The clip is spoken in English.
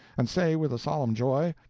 and say with a solemn joy,